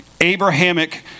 Abrahamic